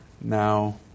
now